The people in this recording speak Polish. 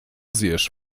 zjesz